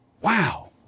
Wow